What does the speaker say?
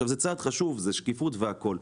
זה צעד חשוב, זה שקיפות והכול,